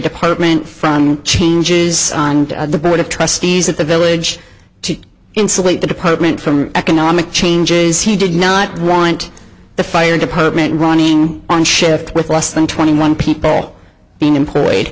department from changes on the board of trustees of the village to insulate the department from economic changes he did not want the fire department running on shift with less than twenty one people being employed